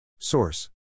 Source